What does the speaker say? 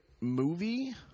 movie